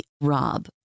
ROB